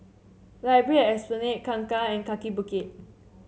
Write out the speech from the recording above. Library at Esplanade Kangkar and Kaki Bukit